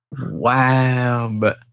wow